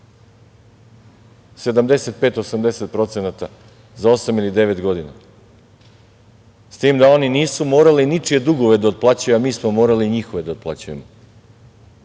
75/80% za osam ili devet godina s tim da oni nisu morali ničije dugove da otplaćuju, a mi smo morali njihove da otplaćujemo.